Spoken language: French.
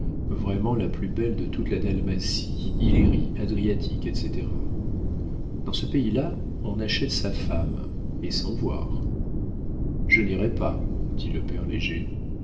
vraiment la plus belle de toute la dalmatie illyrie adriatique etc dans ce pays-là on achète sa femme et sans voir je n'irai pas dit le père léger